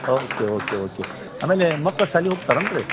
okay okay okay ಆಮೇಲೆ ಮಕ್ಕಳು ಶಾಲೆಗ್ ಹೋಗ್ತಾರೇನ್ರೀ